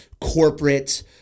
corporate